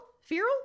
feral